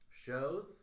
Shows